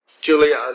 Julia